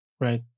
right